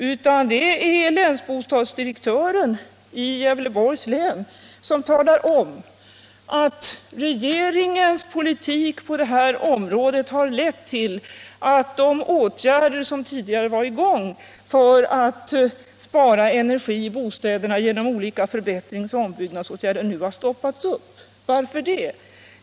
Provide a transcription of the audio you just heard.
Det är i stället länsbostadsdirektören i Gävleborgs län som talar om att regeringens politik på energisparområdet har lett till att de åtgärder som tidigare var i gång för att spara energi i bostäderna genom olika förbättringsoch ombyggnadsarbeten nu har stoppats upp. Varför?